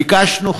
ביקשנו,